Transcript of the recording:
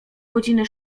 godziny